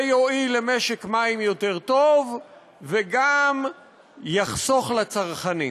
זה יועיל למשק מים יותר טוב וגם יחסוך לצרכנים.